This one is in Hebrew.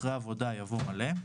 אחרי "עבודה" יבוא "מלא".